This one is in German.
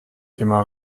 immer